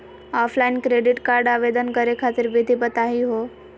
Offline credit card आवेदन करे खातिर विधि बताही हो?